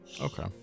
Okay